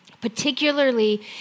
particularly